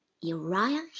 Uriah